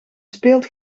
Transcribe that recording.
speelt